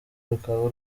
rukaba